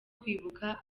kwibuka